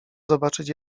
zobaczyć